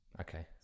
okay